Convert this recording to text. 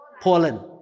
Poland